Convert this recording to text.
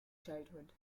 childhood